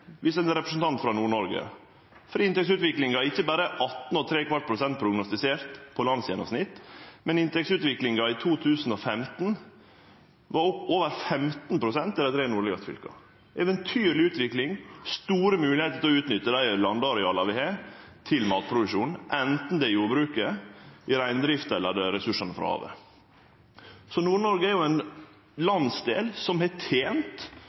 representant frå Nord-Noreg. Inntektsutviklinga er ikkje berre 18 ¾ pst. prognostisert for landsgjennomsnitt, men inntektsutviklinga i 2015 var over 15 pst. i dei tre nordlegaste fylka – eventyrleg utvikling, store moglegheiter til å utnytte dei landareala vi har, til matproduksjon, enten det er i jordbruket, det er i reindrifta, eller det er ressursane frå havet. Så Nord-Noreg er ein landsdel som har tent